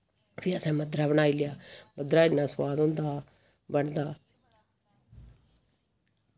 फ्ही असैं मद्धरा बनाई लेआ मद्धरा इन्ना सोआद होंदा हा बनदा